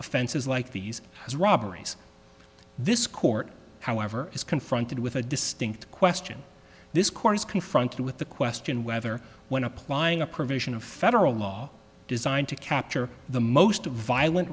offenses like these as robberies this court however is confronted with a distinct question this court is confronted with the question whether when applying a provision of federal law designed to capture the most violent